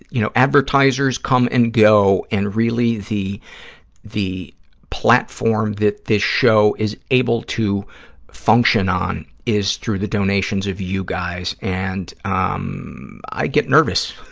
you know, advertisers come and go, and really, the the platform that this show is able to function on is through the donations of you guys and um i get nervous,